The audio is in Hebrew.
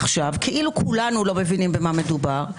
כאילו כולנו לא מבינים במה מדובר,